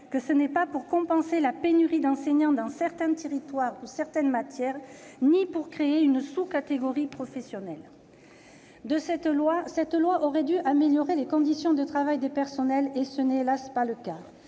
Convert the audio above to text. qu'il ne s'agit pas là de compenser la pénurie d'enseignants dans certains territoires ou certaines matières ni de créer une sous-catégorie de professionnels. Ce projet de loi aurait dû améliorer les conditions de travail des personnels, mais ce n'est, hélas ! pas le cas.